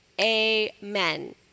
amen